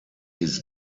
his